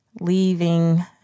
leaving